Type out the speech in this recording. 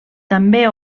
també